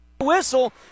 whistle